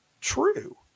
True